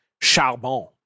Charbon